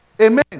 Amen